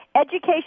Education